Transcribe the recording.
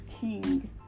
king